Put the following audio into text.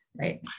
right